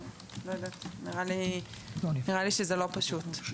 נראה לי שזה לא פשוט.